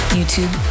YouTube